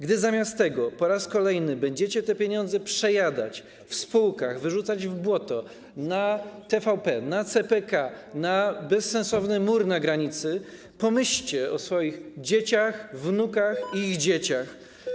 Gdy zamiast tego po raz kolejny będziecie te pieniądze przejadać w spółkach, wyrzucać w błoto, na TVP, na CPK, na bezsensowny mur na granicy, pomyślcie o swoich dzieciach, wnukach i ich dzieciach.